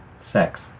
sex